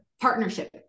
partnership